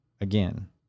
again